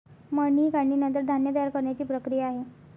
मळणी ही काढणीनंतर धान्य तयार करण्याची प्रक्रिया आहे